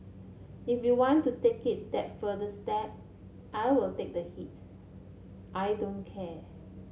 if you want to take it that further step I will take the heat I don't care